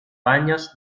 años